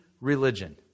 religion